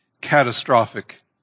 catastrophic